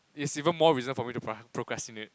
is even more reason for me to pro~ procrastinate